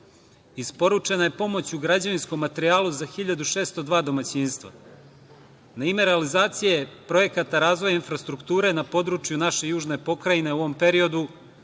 isporučena je pomoć u građevinskom materijalu za 1.602 domaćinstva; na ime realizacije projekata razvojne infrastrukture na području naše južne pokrajine u ovom periodu